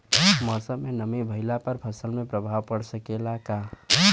मौसम में नमी भइला पर फसल पर प्रभाव पड़ सकेला का?